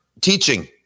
teaching